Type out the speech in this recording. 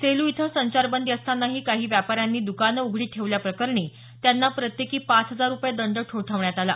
सेलू इथं संचारबंदी असतानाही काही व्यापाऱ्यांनी दकानं उघडी ठेवल्याप्रकरणी त्यांना प्रत्येकी पाच हजार रुपये दंड ठोठावण्यात आला